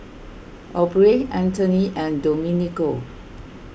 Aubrey Anthony and Domenico